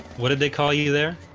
what did they call you there?